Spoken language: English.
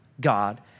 God